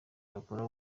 bakora